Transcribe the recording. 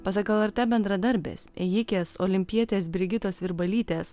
pasak lrt bendradarbės ėjikės olimpietės brigitos virbalytės